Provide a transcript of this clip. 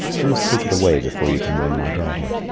you must take it away before you can win my daughter.